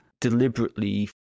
deliberately